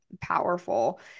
powerful